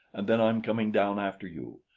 and then i'm coming down after you.